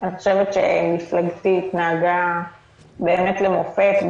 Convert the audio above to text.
אני חושבת שמפלגתי התנהגה למופת,